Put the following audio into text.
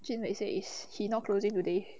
jun wei says is he not closing today